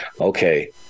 okay